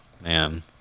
man